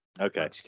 Okay